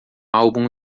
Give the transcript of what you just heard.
álbum